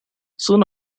soon